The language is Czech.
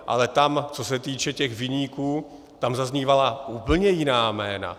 Ale tam, co se týče těch viníků, tam zaznívala úplně jiná jména.